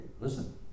listen